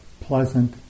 pleasant